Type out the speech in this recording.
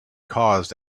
caused